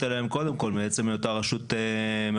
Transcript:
אליהם קודם כל מעצם היותה רשות מקומית.